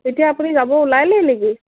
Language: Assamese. এতিয়া আপুনি যাব ওলা নেকি